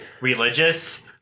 religious